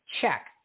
check